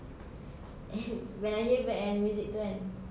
and when I hear back eh the music itu kan